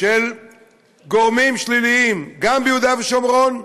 של גורמים שליליים, גם ביהודה ושומרון,